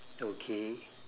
okay